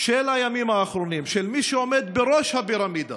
של הימים האחרונים, של מי שעומד בראש הפירמידה,